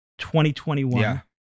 2021